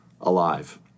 alive